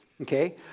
okay